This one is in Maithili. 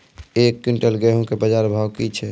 एक क्विंटल गेहूँ के बाजार भाव की छ?